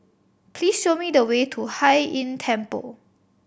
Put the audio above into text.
please show me the way to Hai Inn Temple